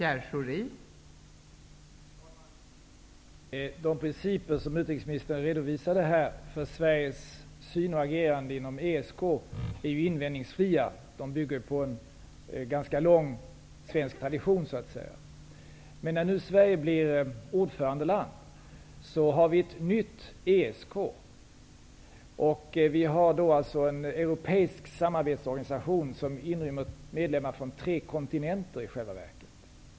Fru talman! De principer som utrikesministern redovisade här för Sveriges syn på och agerande inom ESK är ju invändningsfria. Det bygger på en ganska lång svensk tradition, så att säga. Men när nu Sverige blir ordförandeland, har vi ett nytt ESK. Vi har då en europeisk samarbetsorganisation som i själva verket inrymmer medlemmar från tre kontinenter.